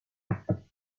other